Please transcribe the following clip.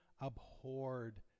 abhorred